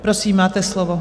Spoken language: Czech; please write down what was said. Prosím, máte slovo.